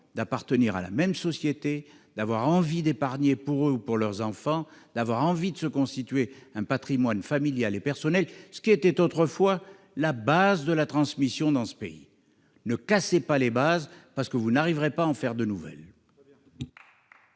d'appartenir à la même société, d'épargner pour eux ou pour leurs enfants, de constituer un patrimoine familial et personnel, ce qui était autrefois la base de la transmission dans ce pays. Ne cassez donc pas les bases, parce que vous ne parviendrez pas à en créer de nouvelles.